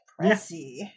Pressy